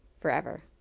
forever